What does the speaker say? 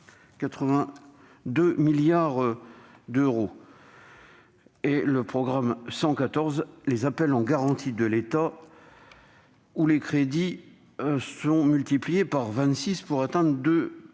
282 milliards d'euros. Ensuite, le programme 114, « Appels en garantie de l'État », dont les crédits sont multipliés par 26 pour atteindre 2,5